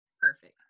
Perfect